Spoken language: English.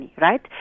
Right